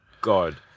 God